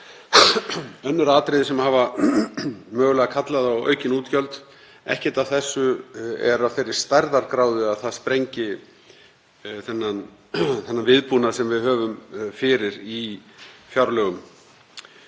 önnur atriði sem hafa mögulega kallað á aukin útgjöld. Ekkert af þessu er af þeirri stærðargráðu að það sprengi þann viðbúnað sem við höfum fyrir í fjárlögum.